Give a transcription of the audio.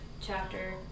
chapter